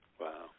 wow